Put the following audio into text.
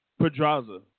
Pedraza